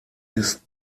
ist